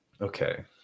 okay